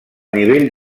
nivell